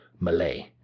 malay